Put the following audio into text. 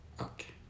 okay